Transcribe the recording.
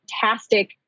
fantastic